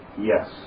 yes